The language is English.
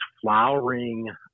flowering